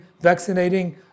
vaccinating